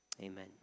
Amen